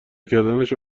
کردنش